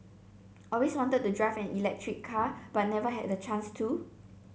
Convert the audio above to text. always wanted to drive an electric car but never had the chance to